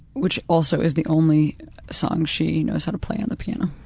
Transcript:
which also is the only song she knows how to play on the piano.